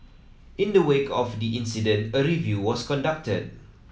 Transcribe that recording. in the wake of the incident a review was conducted